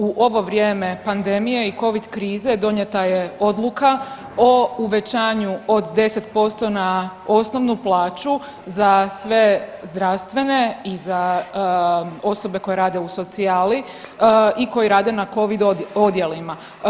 U ovo vrijeme pandemije i covid krize donijeta je odluka o uvećanju od 10% na osnovnu plaću za sve zdravstvene i za osobe koje rade u socijali i koji rade na covid odjelima.